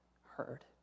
heard